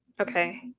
okay